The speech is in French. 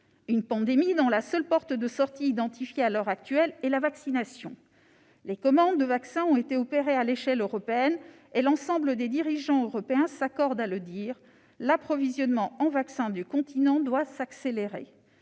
du télétravail. La seule porte de sortie identifiée de cette pandémie à l'heure actuelle est la vaccination. Les commandes de vaccins ont été opérées à l'échelle européenne, mais- l'ensemble des dirigeants européens s'accordent à le dire -, l'approvisionnement en vaccins du continent doit s'accélérer.